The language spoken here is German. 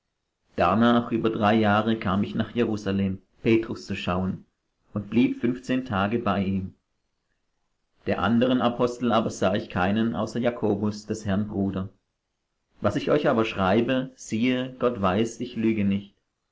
darnach über drei jahre kam ich nach jerusalem petrus zu schauen und blieb fünfzehn tage bei ihm der andern apostel aber sah ich keinen außer jakobus des herrn bruder was ich euch aber schreibe siehe gott weiß ich lüge nicht